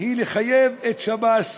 היא לחייב את שב"ס